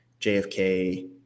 JFK